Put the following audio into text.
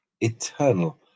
eternal